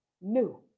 new